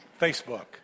Facebook